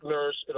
Nurse